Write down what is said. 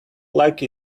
like